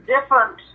different